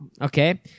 Okay